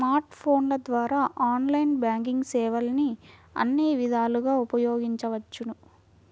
smart ఫోన్ల ద్వారా online banking సేవల్ని అన్ని విధాలుగా ఉపయోగించవచ్చు